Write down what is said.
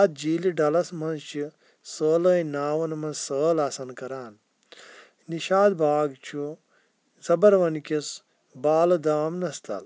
اَتھ جھیٖلِ ڈَلَس منٛز چھِ سٲلٲنۍ ناوَن منٛز سٲل آسان کَران نِشاط باغ چھُ زَبَروَن کِس بالہٕ دامنَس تَل